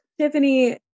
Tiffany